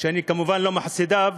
שאני כמובן לא מחסידיו,